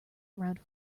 around